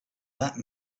that